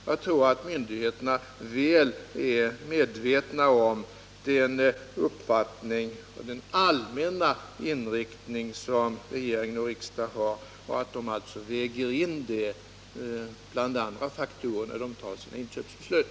Jag tror att myndigheterna är väl medvetna om den uppfattning och den allmänna inriktning som regering och riksdag har och att de alltså väger in detta bland andra faktorer när de fattar sina inköpsbeslut.